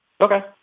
Okay